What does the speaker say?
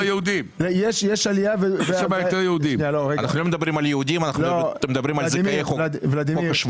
אתם לא מדברים על יהודים אלא על זכאי חוק השבות.